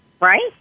right